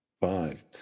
Five